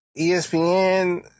ESPN